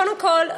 קודם כול,